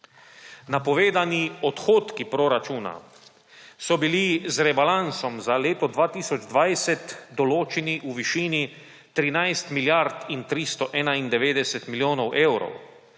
Napovedani odhodki proračuna so bili z rebalansom za leto 2020 določeni v višini 13 milijard in 391 milijonov evrov,